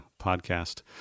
podcast